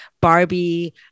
Barbie